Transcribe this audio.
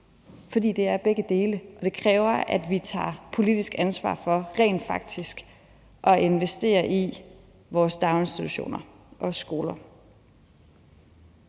for det er begge dele, og det kræver, at vi tager politisk ansvar for rent faktisk at investere i vores daginstitutioner og skoler.